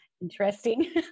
interesting